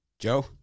Joe